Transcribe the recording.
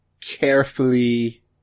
carefully